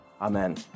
Amen